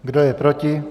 Kdo je proti?